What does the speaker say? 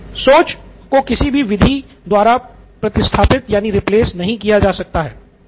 सोच को किसी भी विधि द्वारा प्रतिस्थापित यानि रिप्लेस नहीं किया जा सकता है